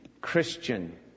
Christian